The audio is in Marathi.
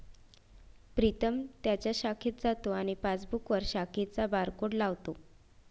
प्रीतम त्याच्या शाखेत जातो आणि पासबुकवर शाखेचा बारकोड लावतो